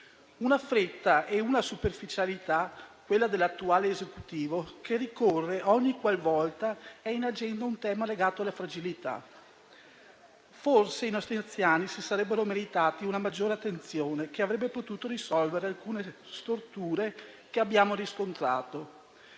Una fretta e una superficialità, quella dell'attuale Esecutivo, che si ripropone ogni qualvolta è in agenda un tema legato alla fragilità. Forse i nostri anziani avrebbero meritato una maggiore attenzione, che avrebbe potuto risolvere alcune storture che abbiamo riscontrato.